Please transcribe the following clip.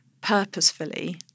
purposefully